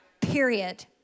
period